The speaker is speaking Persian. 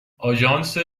آژانس